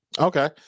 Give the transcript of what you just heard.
Okay